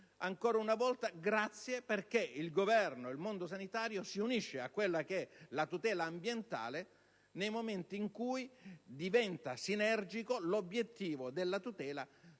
ancora una volta grazie perché il Governo e il mondo sanitario si uniscono alla tutela ambientale nei momenti in cui diventa sinergico l'obiettivo della tutela dei siti